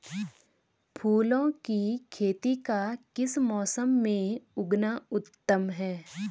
फूलों की खेती का किस मौसम में उगना उत्तम है?